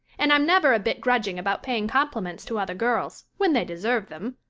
and i'm never a bit grudging about paying compliments to other girls when they deserve them.